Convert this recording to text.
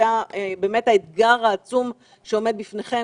זה האתגר העצום שעומד בפניכם.